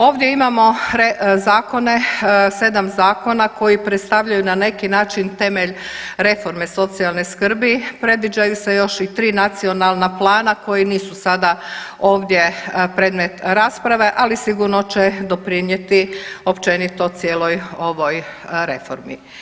Ovdje imamo zakone, 7 zakona koji predstavljaju na neki način temelj reforme socijalne skrbi, predviđaju se još i 3 nacionalna plana koji nisu sada ovdje predmet rasprave, ali sigurno će doprinijeti općenito cijeloj ovoj reformi.